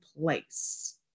place